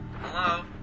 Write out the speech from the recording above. Hello